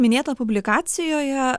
minėta publikacijoje